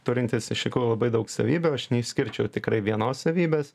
turintis iš tikrųjų labai daug savybių aš neišskirčiau tikrai vienos savybės